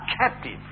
captive